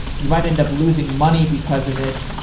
you might end up losing money because of it.